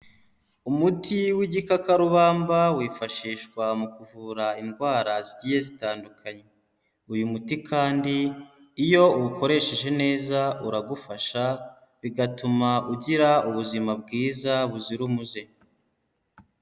Umuti w'igikakarubamba wifashishwa mu kuvura indwara zigiye zitandukanye, uyu muti kandi iyo uwukoresheje neza uragufasha, bigatuma ugira ubuzima bwiza buzira umuze.